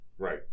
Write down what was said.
Right